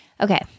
Okay